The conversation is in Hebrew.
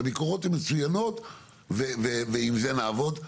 הביקורות הן מצוינות ועם זה נעבוד.